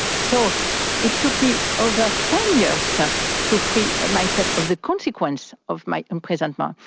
so it took me over ten years so to free myself of the consequence of my imprisonment,